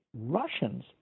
Russians